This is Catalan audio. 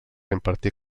impartir